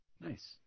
nice